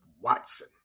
Watson